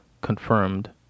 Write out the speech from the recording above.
confirmed